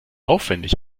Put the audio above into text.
aufwendig